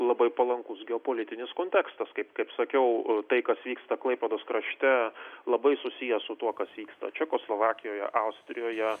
labai palankus geopolitinis kontekstas kaip kaip sakiau tai kas vyksta klaipėdos krašte labai susiję su tuo kas vyksta čekoslovakijoje austrijoje